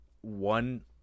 one